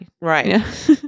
Right